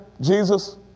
Jesus